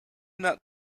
not